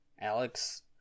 Alex